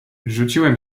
rzuciłem